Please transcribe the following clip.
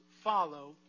follow